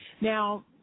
Now